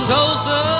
Tulsa